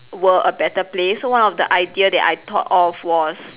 were a better place so one of the idea I thought of was